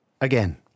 again